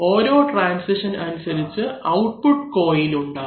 ഓരോ ട്രാൻസിഷൻ അനുസരിച്ച് output coil ഉണ്ടാകും